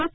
S